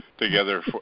together